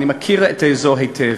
אני מכיר את האזור היטב.